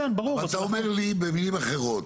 אבל אתה אומר לי במילים אחרות,